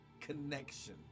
connection